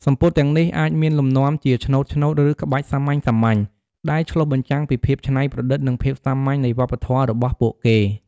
សំពត់ទាំងនេះអាចមានលំនាំជា ឆ្នូតៗ ឬ ក្បាច់សាមញ្ញៗ ដែលឆ្លុះបញ្ចាំងពីភាពច្នៃប្រឌិត និងភាពសាមញ្ញនៃវប្បធម៌របស់ពួកគេ។